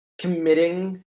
committing